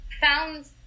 found